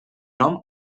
nom